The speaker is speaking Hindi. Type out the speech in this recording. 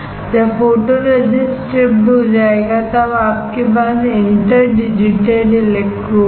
जब फोटोरेसिस्ट स्ट्रिपड हो जाएगा तब आपके पास इंटर डिजिटेड इलेक्ट्रोड है